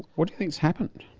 what do you think has happened?